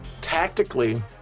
tactically